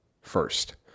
first